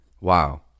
Wow